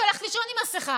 היא הולכת לישון עם מסכה.